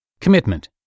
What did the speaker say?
Commitment